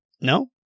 No